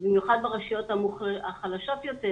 במיוחד ברשויות החלשות יותר